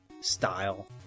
style